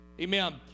Amen